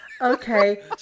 Okay